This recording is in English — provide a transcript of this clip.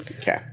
Okay